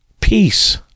Peace